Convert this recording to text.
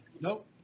nope